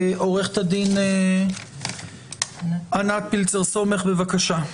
עורכת הדין ענת פילצר סומך, בבקשה.